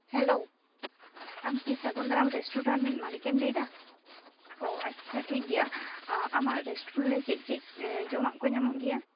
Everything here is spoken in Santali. ᱦᱮᱞᱳ ᱟᱢᱠᱤ ᱥᱟᱹᱜᱩᱱ ᱫᱟᱨᱟᱢ ᱨᱮᱥᱴᱩᱨᱮᱱᱴ ᱨᱮᱱ ᱢᱟᱹᱞᱤᱠᱮᱢ ᱢᱮᱱ ᱮᱫᱟ ᱚ ᱟᱪᱪᱪᱷᱟ ᱴᱷᱤᱠ ᱜᱮᱭᱟ ᱟᱢᱟᱜ ᱨᱮᱥᱴᱩᱨᱮᱱᱴ ᱨᱮ ᱪᱮᱫ ᱪᱮᱫ ᱡᱚᱢᱟᱜ ᱠᱚ ᱧᱟᱢᱚᱜ ᱜᱮᱭᱟ